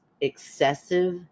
excessive